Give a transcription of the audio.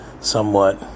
somewhat